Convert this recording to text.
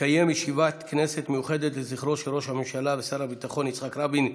תתקיים ישיבת כנסת מיוחדת לזכרו של ראש הממשלה ושר הביטחון יצחק רבין,